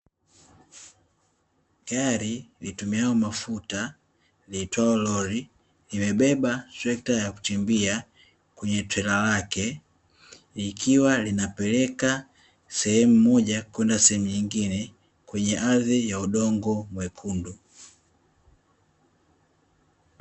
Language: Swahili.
Gari litumialo mafuta liitwalo (Roli) limebeba treka la kuchimbia, kwenye tera lake likiwa linapeleka sehemu moja kwenda sehemu nyingine kwenye ardhi ya udongo mwekundu.